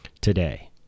today